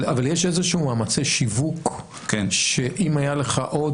אבל יש איזה שהם מאמצי שיווק שאם היה לך עוד